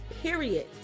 period